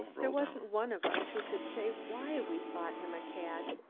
there wasn't one of us who could say why we thought him a cad,